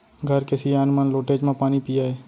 घर के सियान मन लोटेच म पानी पियय